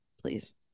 please